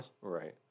Right